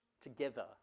Together